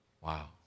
Wow